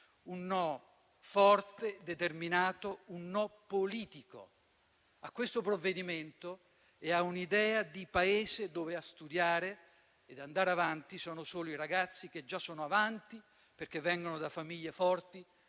un no forte e determinato e un no politico a questo provvedimento e a un'idea di Paese in cui a studiare e ad andare avanti sono solo coloro che già sono avanti, perché vengono da famiglie forti